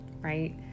right